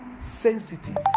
Sensitive